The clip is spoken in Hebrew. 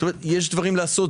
זאת אומרת, יש דברים לעשות.